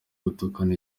gutukana